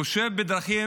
הוא חושב בדרכים,